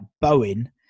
Bowen